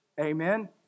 Amen